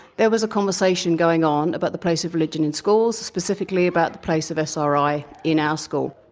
there was a conversation going on about the place of religion in schools, specifically about the place of sri in our school.